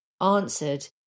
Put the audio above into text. answered